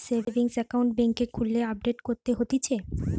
savings account বেংকে খুললে update করতে হতিছে